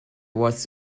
was